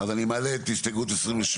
אז אני מעלה את הסתייגות 28